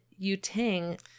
Yuting